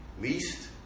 least